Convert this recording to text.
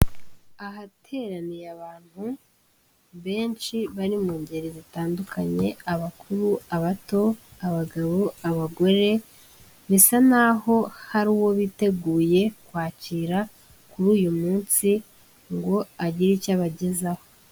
Ahateraniye abantu benshi bari mu ngeri zitandukanye; abakuru, abato, abagabo, abagore bisa n'aho hari uwo biteguye kwakira kuri uyu munsi ngo agire icyo abagezaho.